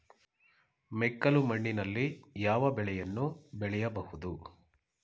ಮೆಕ್ಕಲು ಮಣ್ಣಿನಲ್ಲಿ ಯಾವ ಬೆಳೆಯನ್ನು ಬೆಳೆಯಬಹುದು?